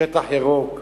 שטח ירוק,